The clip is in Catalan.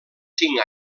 cinc